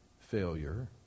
failure